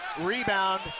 Rebound